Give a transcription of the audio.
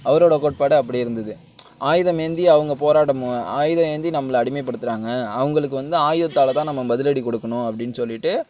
அவரோட கோட்பாடு அப்படி இருந்தது ஆயுதம் ஏந்தி அவங்க போராடுமோ ஆயுதம் ஏந்தி நம்மளை அடிமைப்படுத்துகிறாங்க அவங்களுக்கு வந்து ஆயுதத்தால் தான் நம்ம பதிலடி கொடுக்கணும் அப்படின் சொல்லிவிட்டு